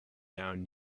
down